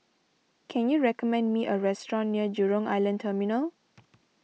can you recommend me a restaurant near Jurong Island Terminal